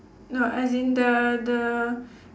no as in the the